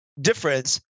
difference